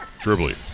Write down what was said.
dribbling